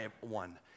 One